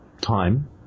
time